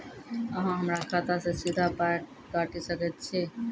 अहॉ हमरा खाता सअ सीधा पाय काटि सकैत छी?